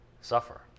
suffer